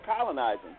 colonizing